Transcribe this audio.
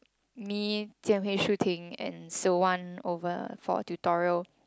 me Jian Hui Soo Ting and Siew Wan over for tutorial